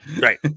right